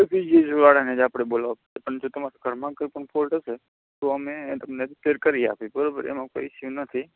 જી E બીવાળાને જ આપણે બોલાવવા પડે પણ જો તમારા ઘરમાં કોઇ પણ ફૉલ્ટ હશે અમે એ તમને રીપેર કરી આપીએ બરાબર એમાં કોઇ ઇસ્યૂ નથી